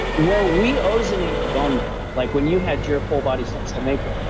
well, we ozonate the bone marrow. like when you had your full-body stem cell make-over,